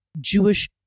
Jewish